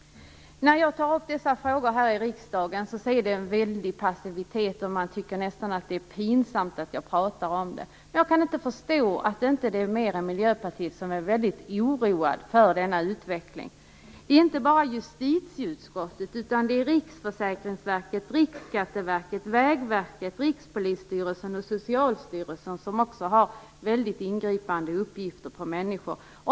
När jag tar upp dessa frågor här i riksdagen finns en väldig passivitet, och man tycker nästan att det är pinsamt att jag pratar om det. Jag kan inte förstå att inte fler än Miljöpartiet är oroade över denna utveckling. Det gäller inte bara Justitiedepartementet, utan Rikspolisstyrelsen och Socialstyrelsen har väldigt ingående uppgifter om människor.